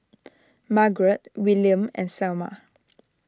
Margarett Willam and Selma